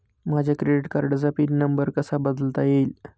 माझ्या क्रेडिट कार्डचा PIN number कसा बदलता येईल?